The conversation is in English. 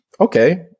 okay